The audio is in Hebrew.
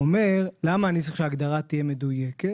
שאומרים למה אני צריך שההגדרה תהיה מדויקת?